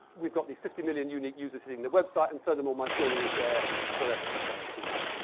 we've got these fifty million unique users hitting the website and furthermore, my story is there forever as far as we know.